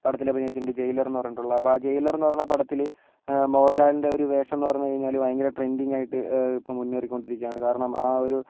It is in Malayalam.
പടത്തിൽ അഭിനയിച്ചിട്ടുണ്ട് ജയിലർ എന്നു പറഞ്ഞിട്ടുള്ള അപ്പോൾ ആ ജയിലർ എന്ന് പറയുന്ന പടത്തിൽ മോഹൻലാലിൻ്റെ ഒരു വേഷം എന്നു പറഞ്ഞു കഴിഞ്ഞാൽ ഭയങ്കര ട്രെൻഡിങ്ങ് ആയിട്ട് ഇപ്പോൾ മുന്നേറിക്കൊണ്ടിരിക്കുകയാണ് കാരണം ഒരു